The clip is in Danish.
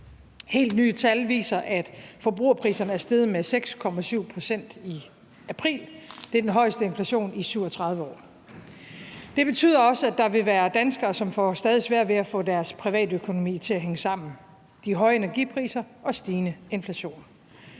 Helt nye tal viser, at forbrugerpriserne er steget med 6,7 pct. i april. Det er den højeste inflation i 37 år. Det betyder også, at der vil være danskere, som får stadig sværere ved at få deres privatøkonomi til at hænge sammen på grund af de høje energipriser og den stigende inflation.